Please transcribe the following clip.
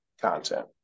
content